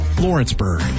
Lawrenceburg